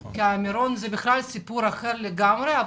כי מירון זה סיפור אחר לגמרי,